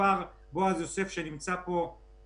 כבר בועז יוסף, מנהל מחוז צפון, שנמצא פה בזום,